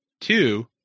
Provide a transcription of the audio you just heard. Two